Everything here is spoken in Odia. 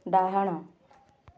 ଡ଼ାହାଣ